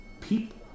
people